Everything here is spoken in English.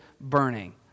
burning